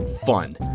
fun